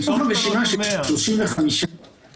מתוך הרשימה של 35 מטופלים,